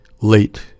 late